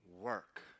work